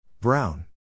Brown